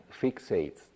fixates